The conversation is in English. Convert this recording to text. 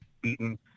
beaten